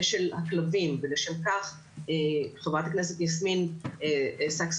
של הכלבים ולשם כך חברת הכנסת יסמין פרידמן,